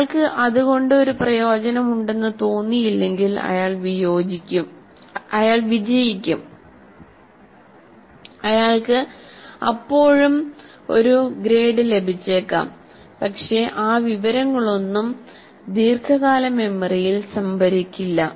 അയാൾക്ക് അതുകൊണ്ടു ഒരു പ്രയോജനം ഉണ്ടെന്നു തോന്നിയില്ലെങ്കിൽ പോലും അയാൾ വിജയിക്കും അയാൾക്ക് ഇപ്പോഴും ഒരു ഗ്രേഡ് ലഭിച്ചേക്കാം പക്ഷേ ആ വിവരങ്ങളൊന്നും ദീർഘകാല മെമ്മറിയിൽ സംഭരിക്കില്ല